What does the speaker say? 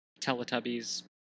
Teletubbies